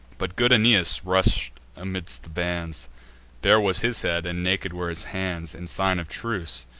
but good aeneas rush'd amid the bands bare was his head, and naked were his hands, in sign of truce